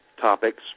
topics